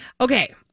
Okay